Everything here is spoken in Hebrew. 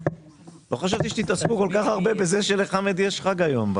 לא חשבתי שתתעסקו כל כך הרבה בכך שלחמד יש חג היום.